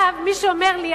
מי שאומר לי,